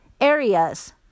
areas